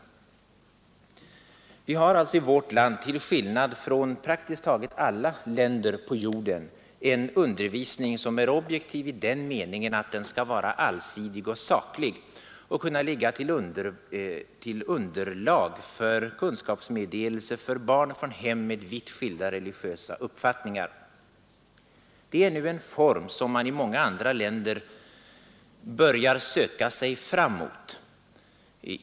Vi har alltså i vårt land till skillnad från praktiskt taget alla andra länder på jorden en undervisning i religionskunskap som är objektiv i den meningen, att den skall vara allsidig och saklig och kunna utgöra underlag för kunskapsmeddelelse till barn från hem med vitt skilda religiösa uppfattningar. Det är en form som man i många andra länder nu börjar söka sig fram mot.